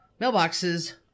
mailboxes